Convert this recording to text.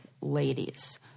ladies